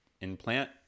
implant